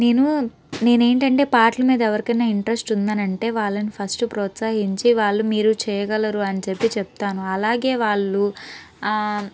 నేను నేనేంటంటే పాటల మీద ఎవరికైనా ఇంట్రెస్ట్ ఉంది అని అంటే వాళ్ళని ఫస్ట్ ప్రోత్సహించి వాళ్ళు మీరు చేయగలరు అని చెప్పి చెప్తాను అలాగే వాళ్ళు ఆ